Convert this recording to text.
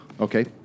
Okay